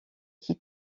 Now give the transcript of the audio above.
qui